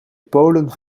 polen